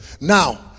Now